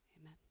Amen